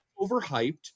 overhyped